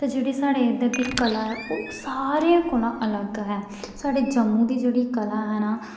ते जेह्ड़ी साढ़े इद्धर दी कला ऐ ओह् सारें कोला अलग ऐ साढ़े जम्मू दी जेह्ड़ी कला ऐ ना